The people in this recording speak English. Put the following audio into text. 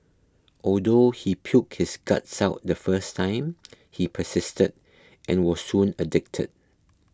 although he puked his guts out the first time he persisted and was soon addicted